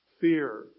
Fear